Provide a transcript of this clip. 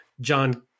John